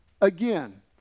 Again